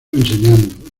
enseñando